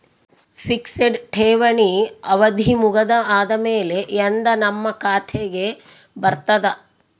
Fixed ಠೇವಣಿ ಅವಧಿ ಮುಗದ ಆದಮೇಲೆ ಎಂದ ನಮ್ಮ ಖಾತೆಗೆ ಬರತದ?